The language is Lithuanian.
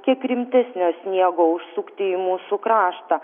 kiek rimtesnio sniego užsukti į mūsų kraštą